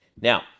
now